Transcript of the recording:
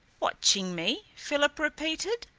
watching me? philip repeated.